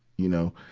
you know.